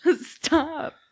Stop